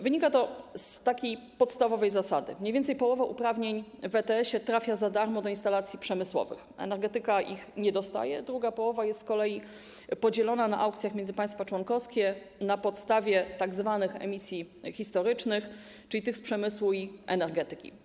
Wynika to z podstawowej zasady: mniej więcej połowa uprawnień w ramach ETS trafia za darmo do instalacji przemysłowych, energetyka ich nie dostaje, a druga połowa jest z kolei podzielona na aukcjach między państwa członkowskie na podstawie tzw. emisji historycznych, czyli emisji z przemysłu i energetyki.